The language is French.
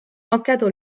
encadrent